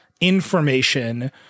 information